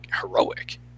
heroic